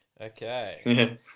okay